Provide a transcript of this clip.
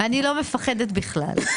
אני לא מפחדת בכלל.